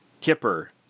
Kipper